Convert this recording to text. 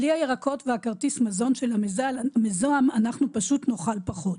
בלי הירקות וכרטיס המזון של המיזם אנחנו פשוט נאכל פחות.